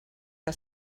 que